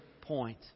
point